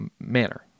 manner